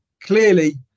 Clearly